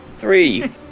Three